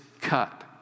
cut